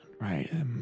right